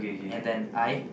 and then I